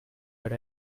but